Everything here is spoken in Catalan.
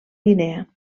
guinea